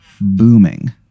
booming